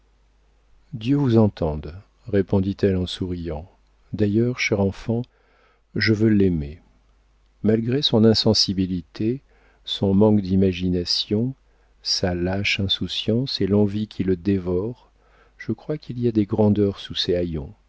dieu vous entende répondit-elle en souriant d'ailleurs cher enfant je veux l'aimer malgré son insensibilité son manque d'imagination sa lâche insouciance et l'envie qui le dévore je crois qu'il y a des grandeurs sous ces